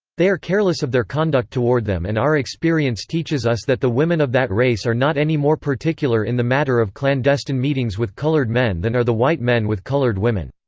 they are careless of their conduct toward them and our experience teaches us that the women of that race are not any more particular in the matter of clandestine meetings with colored men than are the white men with colored women.